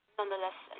nonetheless